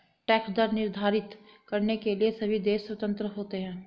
tax दर निर्धारित करने के लिए सभी देश स्वतंत्र होते है